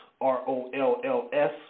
R-O-L-L-S